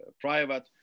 private